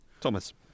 Thomas